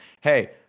hey